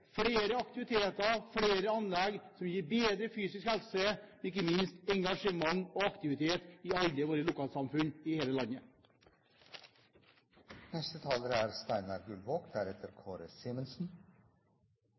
flere aktiviteter, flere anlegg og vil gi bedre fysisk helse og ikke minst engasjement og aktivitet i alle våre lokalsamfunn i hele